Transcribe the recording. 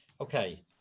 okay